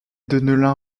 deneulin